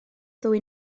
ddwy